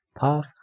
path